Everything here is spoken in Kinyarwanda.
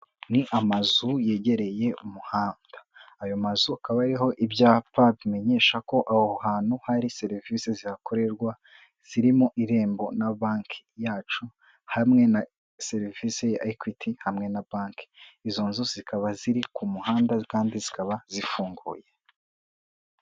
Ni amazu yegereye umuhanda, ayo mazu akaba ariho ibyapa bimenyesha ko aho hantu hari serivisi zihakorerwa zirimo Irembo na banki yacu, hamwe na serivisi ya Ekwiti, hamwe na banki, izo nzu zikaba ziri ku muhanda kandi zikaba zifunguye.